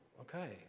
Okay